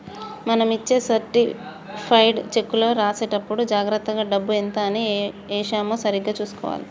మనం ఇచ్చే సర్టిఫైడ్ చెక్కులో రాసేటప్పుడే జాగర్తగా డబ్బు ఎంత అని ఏశామో సరిగ్గా చుసుకోవాలే